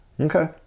Okay